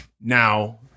Now